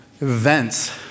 events